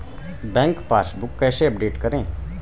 Bank passbook कैसे update करें?